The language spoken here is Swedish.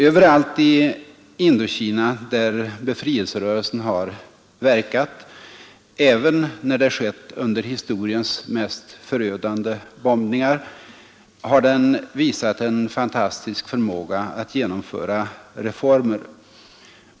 Överallt i Indokina där befrielserörelsen har verkat, även när det skett under historiens mest förödande bombningar, har den visat en fantastisk förmåga att genomföra reformer.